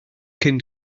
cyn